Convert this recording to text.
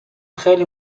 خیلی